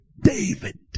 David